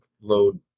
load